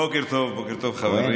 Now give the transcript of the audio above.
בוקר טוב, חברים,